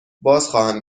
بازخواهم